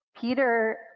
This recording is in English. Peter